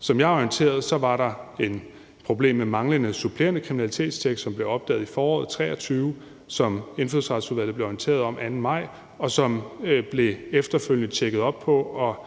Som jeg er orienteret, var der et problem med manglende supplerende kriminalitetstjek, som blev optaget i foråret 2023, og som Indfødsretsudvalget blevet orienteret om den 2. maj, og som der efterfølgende blev tjekket op på og